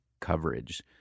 coverage